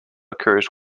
occurs